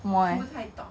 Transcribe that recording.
为什么 eh